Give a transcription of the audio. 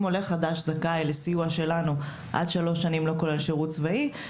עולה חדש זכאי לסיוע שלנו למשך שלוש שנים לא כולל שירות צבאי.